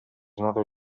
another